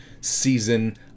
Season